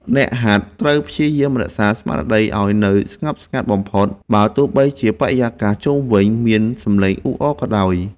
អ្នកហាត់ត្រូវព្យាយាមរក្សាស្មារតីឱ្យនៅស្ងប់ស្ងាត់បំផុត បើទោះបីជាបរិយាកាសជុំវិញមានសំឡេងអ៊ូអរក៏ដោយ។